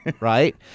Right